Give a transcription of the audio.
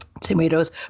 tomatoes